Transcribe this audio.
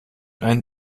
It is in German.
einen